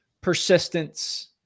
persistence